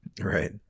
Right